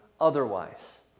otherwise